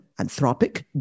Anthropic